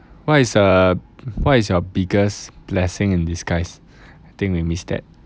what is err what is your biggest blessing in disguise think we missed that